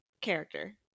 character